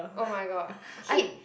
oh-my-god hit